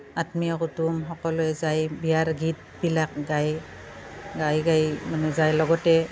আত্মীয় কুটুম সকলোৱে যাই বিয়াৰ গীতবিলাক গায় গাই গাই মানে যায় লগতে